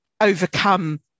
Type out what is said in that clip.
overcome